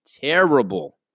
terrible